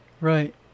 Right